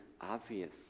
obvious